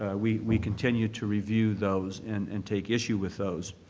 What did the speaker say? ah we we continue to review those and and take issue with those.